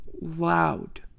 Loud